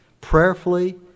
prayerfully